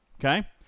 Okay